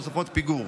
תוספות פיגור.